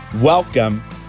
Welcome